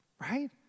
Right